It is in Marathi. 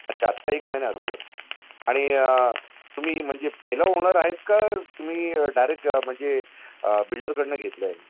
अच्छा एक महिना अगोदर आणि तुम्ही म्हणजे पहिला ओनर आहेत का तुम्ही डायरेक्ट म्हणजे बिल्डरकडून घेतलं आहे